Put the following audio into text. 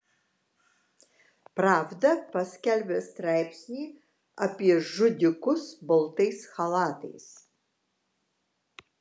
pravda paskelbė straipsnį apie žudikus baltais chalatais